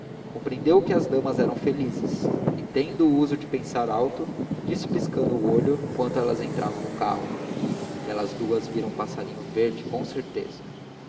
compreendeu que as damas eram felizes e tendo o uso de pensar alto disse piscando o olho enquanto elas entravam no carro aquelas duas viram passarinho verde com certeza